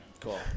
Cool